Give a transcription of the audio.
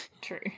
True